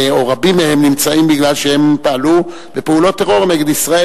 או רבים מהם נמצאים משום שהם פעלו בפעולות טרור נגד ישראל.